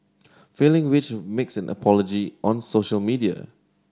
failing which makes an apology on social media